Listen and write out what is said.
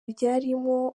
ryarimo